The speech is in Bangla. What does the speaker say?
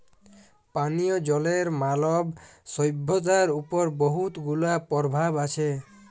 পানীয় জলের মালব সইভ্যতার উপর বহুত গুলা পরভাব আছে